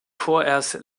vorerst